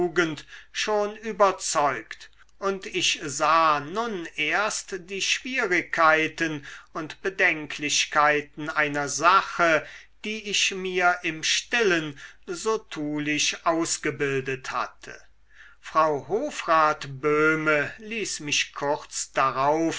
schon überzeugt und ich sah nun erst die schwierigkeiten und bedenklichkeiten einer sache die ich mir im stillen so tulich ausgebildet hatte frau hofrat böhme ließ mich kurz darauf